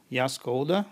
ją skauda